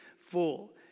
full